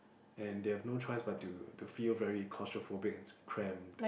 and they have no choice but to to feel very claustrophobic and cramp